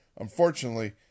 Unfortunately